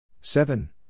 Seven